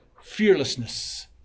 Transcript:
fearlessness